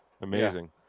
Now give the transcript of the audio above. Amazing